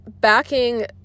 backing